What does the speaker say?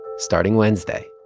starting wednesday.